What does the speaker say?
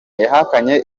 yahakanye